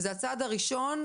זה הצעד הראשון